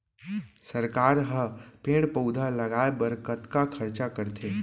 सरकार ह पेड़ पउधा लगाय बर कतका खरचा करथे